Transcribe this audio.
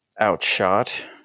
outshot